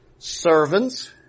Servants